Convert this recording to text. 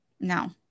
No